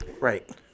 Right